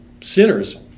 sinners